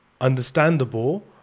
understandable